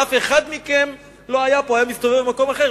אף אחד מכם לא היה פה אלא היה מסתובב במקום אחר,